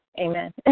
Amen